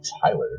Tyler